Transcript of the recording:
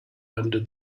under